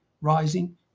rising